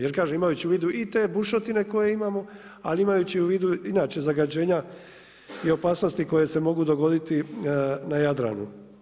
Jer kažem imajući u vidu i te bušotine koje imamo, ali imajući u vidu inače zagađenja i opasnosti koje se mogu dogoditi na Jadranu.